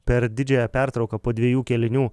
per didžiąją pertrauką po dviejų kėlinių